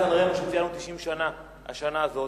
שציינו 90 שנה השנה הזאת,